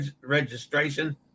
registration